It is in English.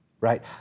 right